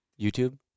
YouTube